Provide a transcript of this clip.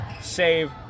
save